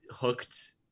hooked